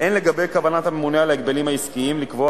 הן לגבי כוונת הממונה על ההגבלים העסקיים לקבוע